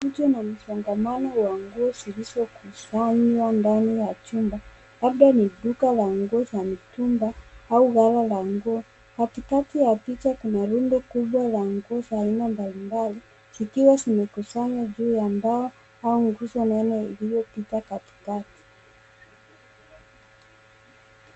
Hizi ni msongamano wa nguo zilizokusanywa ndani ya chumba. Labda ni duka la nguo za mitumba au gala la nguo. Katikati ya picha kuna rundo kubwa la nguo za aina mbalimbali zikiwa zimekusanywa juu ya ndoo au nguzo nene iliyopita katikati.